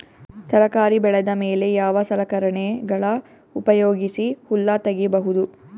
ತರಕಾರಿ ಬೆಳದ ಮೇಲೆ ಯಾವ ಸಲಕರಣೆಗಳ ಉಪಯೋಗಿಸಿ ಹುಲ್ಲ ತಗಿಬಹುದು?